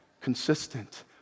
consistent